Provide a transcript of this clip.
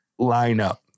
lineup